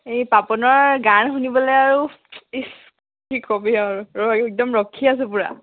এই পাপনৰ গান শুনিবলে আৰু ইচ কি ক'বি আৰু ৰৈ একদম ৰখি আছোঁ পূৰা